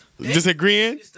Disagreeing